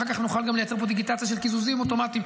אחר כך נוכל גם לייצר פה דיגיטציה של קיזוזים אוטומטיים.